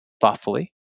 thoughtfully